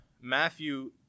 Matthew